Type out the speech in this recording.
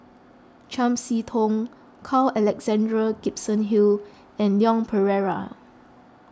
Chiam See Tong Carl Alexander Gibson Hill and Leon Perera